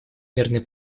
мирный